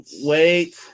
Wait